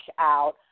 out